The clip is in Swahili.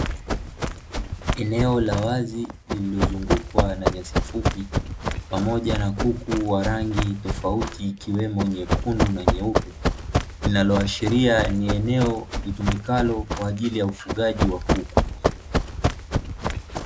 Eneo la wazi lililozungukwa na nyasi fupi pamoja na kuku wa rangi tofauti, ikiwemo: nyekundu na nyupe; linaloashiria ni eneo litumikalo kwa ajili ya ufugaji wa kuku.